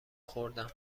خوردم